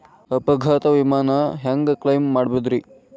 ಅಪಘಾತ ವಿಮೆನ ಹ್ಯಾಂಗ್ ಕ್ಲೈಂ ಮಾಡೋದ್ರಿ?